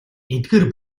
эдгээр